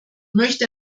möchte